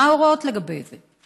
מה ההוראות לגבי זה?